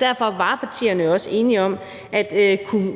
Derfor var partierne jo også enige om, at